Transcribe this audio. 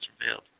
Revealed